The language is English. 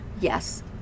Yes